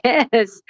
Yes